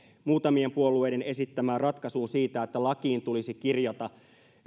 muutamien puolueiden esittämään ratkaisuun siitä että lakiin tulisi kirjata